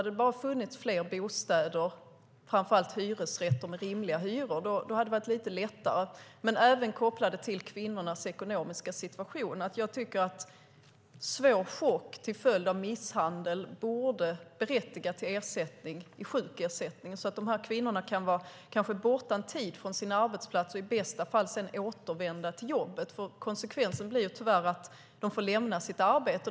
Hade det bara funnits fler bostäder, och framför allt hyresrätter med rimliga hyror, hade det varit lite lättare. Jag ser det även kopplat till kvinnornas ekonomiska situation. Svår chock till följd av misshandel borde berättiga till ersättning i sjukersättningen. Då kan dessa kvinnor kanske vara borta en tid från sin arbetsplats och i bästa fall sedan återvända till jobbet. Konsekvensen blir annars tyvärr att de får lämna sitt arbete.